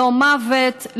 לא מוות,